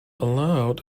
allowed